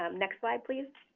um next slide please.